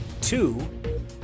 Two